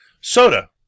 Soda